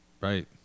Right